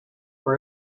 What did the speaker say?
for